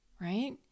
Right